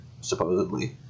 supposedly